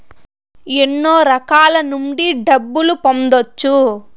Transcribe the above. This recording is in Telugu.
ఎన్నో రకాల నుండి డబ్బులు పొందొచ్చు